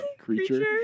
Creature